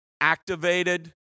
activated